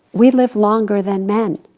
we live longer than men.